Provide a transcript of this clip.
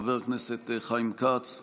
חבר הכנסת חיים כץ,